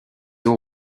eaux